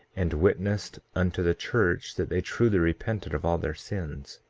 and witnessed unto the church that they truly repented of all their sins.